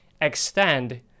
extend